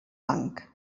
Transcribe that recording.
banc